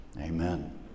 amen